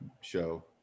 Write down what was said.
show